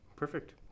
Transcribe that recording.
Perfect